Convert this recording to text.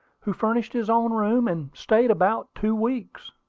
who furnished his own room, and stayed about two weeks.